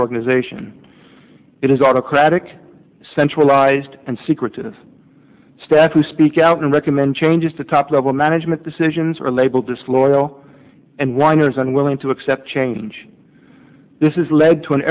organization it is autocratic centralised and secretive staff who speak out and recommend changes to top level management decisions are labeled disloyal and whiners unwilling to accept change this is led to an